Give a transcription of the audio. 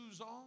on